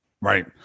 Right